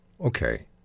Okay